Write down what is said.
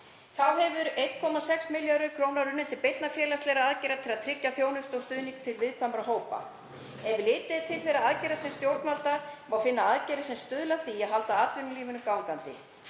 Þá hafa 1,6 milljarðar kr. runnið til beinna félagslegra aðgerða til að tryggja þjónustu og stuðning við viðkvæma hópa. Ef litið er til þeirra aðgerða stjórnvalda má finna aðgerðir sem stuðla að því að halda atvinnulífinu gangandi,